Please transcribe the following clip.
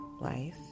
Life